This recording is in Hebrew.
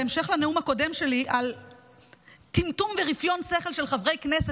בהמשך לנאום הקודם שלי על טמטום ורפיון שכל של חברי כנסת